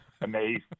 Amazing